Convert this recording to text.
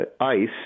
ICE